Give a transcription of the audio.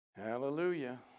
Hallelujah